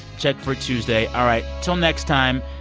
check for tuesday. all right. until next time,